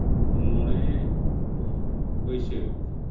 ᱢᱚᱬᱮ ᱵᱟᱹᱭᱥᱟᱹᱠᱷ